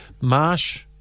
Marsh